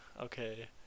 okay